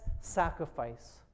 sacrifice